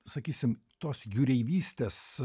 sakysim tos jūreivystės